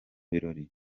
birori